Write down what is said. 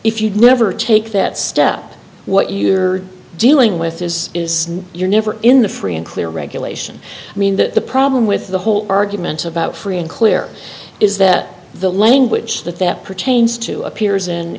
if you'd never take that step what you're dealing with is is you're never in the free and clear regulation i mean that the problem with the whole argument about free and clear is that the language that that pertains to appears in